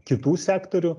kitų sektorių